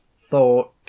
thought